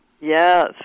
Yes